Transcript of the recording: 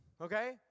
okay